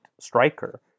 striker